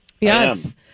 Yes